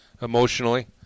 emotionally